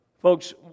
Folks